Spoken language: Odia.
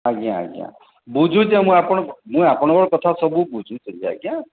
ଆଜ୍ଞା ଆଜ୍ଞା ବୁଝୁଛେ ମୁଁ ଆପଣଙ୍କ ମୁଁ ଆପଣଙ୍କର କଥା ସବୁ ବୁଝୁଛେ ଯେ ଆଜ୍ଞା